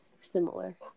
similar